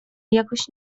jakoś